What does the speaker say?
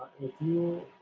if you